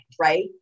right